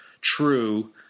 true